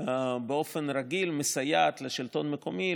באופן רגיל מסייעת לשלטון המקומי,